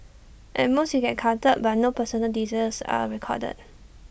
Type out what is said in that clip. at most you get carded but no personal details are recorded